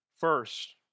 First